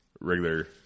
regular